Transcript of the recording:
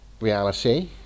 reality